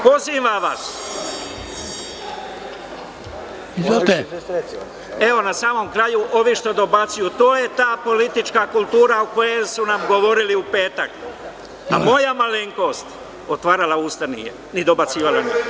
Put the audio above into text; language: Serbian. Pozivam vas, evo, na samom kraju, ove što dobacuju, to je ta politička kultura o kojoj su nam govorili u petak, a moja malenkost otvarala usta nije, ni dobacivala nije.